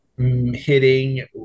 hitting